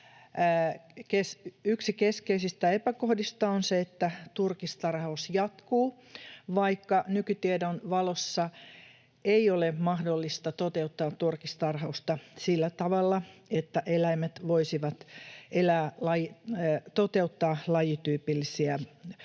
Yksi keskeisistä epäkohdista on se, että turkistarhaus jatkuu, vaikka nykytiedon valossa ei ole mahdollista toteuttaa turkistarhausta sillä tavalla, että eläimet voisivat elää ja toteuttaa lajityypillisiä tarpeitaan.